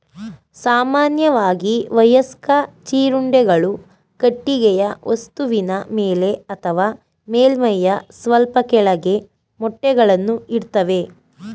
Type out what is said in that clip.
ಸಾಮಾನ್ಯವಾಗಿ ವಯಸ್ಕ ಜೀರುಂಡೆಗಳು ಕಟ್ಟಿಗೆಯ ವಸ್ತುವಿನ ಮೇಲೆ ಅಥವಾ ಮೇಲ್ಮೈಯ ಸ್ವಲ್ಪ ಕೆಳಗೆ ಮೊಟ್ಟೆಗಳನ್ನು ಇಡ್ತವೆ